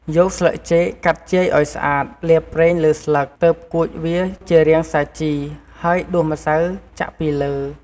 យកស្លឹកចេក កាត់ជាយឱ្យស្អាត លាបប្រេងលើស្លឹក ទើបគួចជារាងសាជី ហើយដួសម្សៅចាក់ពីលើ។